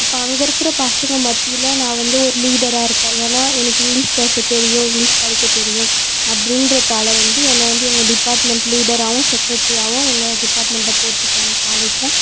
இப்போ அங்கே இருக்கிற பசங்க மத்தியில் நான் வந்து ஒரு லீடராக இருக்கேன் ஏன்னா எனக்கு இங்க்லீஷ் பேச தெரியும் இங்க்லீஷ் படிக்க தெரியும் அப்படின்றதால வந்து என்னை வந்து எங்கள் டிபார்ட்மெண்ட் லீடராகவும் செக்ரட்டரி ஆகவும் எங்கள் டிபார்ட்மெண்ட்டில் போட்டிருக்காங்க காலேஜில்